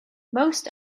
most